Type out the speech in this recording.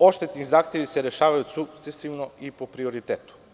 Odštetni zahtevi se rešavaju sukcesivno i po prioritetu.